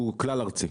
הוא כלל ארצי.